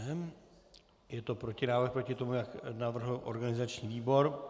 Dobře, je to protinávrh proti tomu, jak navrhl organizační výbor.